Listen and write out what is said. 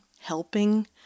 helping